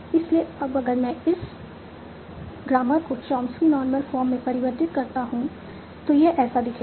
इसलिए अब अगर मैं इस ग्रामर को चॉम्स्की नॉर्मल फॉर्म में परिवर्तित करता हूं तो यह ऐसा दिखेगा